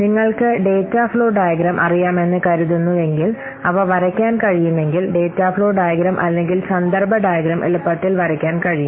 നിങ്ങൾക്ക് data flow diagram അറിയാമെന്ന് കരുതുന്നുവെങ്കിൽ അവ വരയ്ക്കാൻ കഴിയുമെങ്കിൽ ഡാറ്റാ ഫ്ലോ ഡയഗ്രം അല്ലെങ്കിൽ സന്ദർഭ ഡയഗ്രം എളുപ്പത്തിൽ വരയ്ക്കാൻ കഴിയും